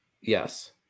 Yes